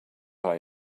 are